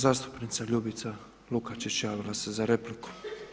Zastupnica Ljubica Lukačić javila se za repliku.